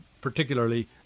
particularly